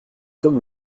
comme